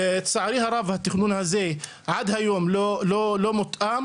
לצערי הרב התכנון הזה עד היום לא מותאם.